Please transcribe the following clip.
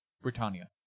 Britannia